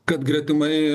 kad gretimai